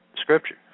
scripture